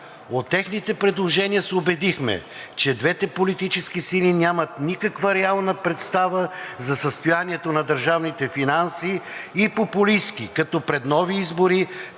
От техните предложения се убедихме, че двете политически сили нямат никаква реална представа за състоянието на държавните финанси и популистки, като пред нови избори